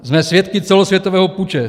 Jsme svědky celosvětového puče.